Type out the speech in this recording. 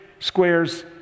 squares